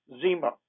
zima